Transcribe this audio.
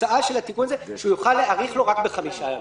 התוצאה של התיקון הזה שהוא יוכל להאריך לו רק בחמישה ימים.